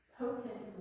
potent